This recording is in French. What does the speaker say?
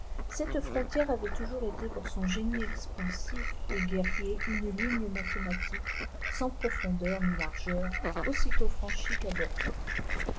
cette frontière avait toujours été pour son génie expansif et guerrier une ligne mathématique sans profondeur ni largeur aussitôt franchie